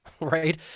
right